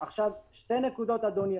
שתי נקודות, אדוני.